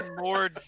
more